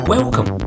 Welcome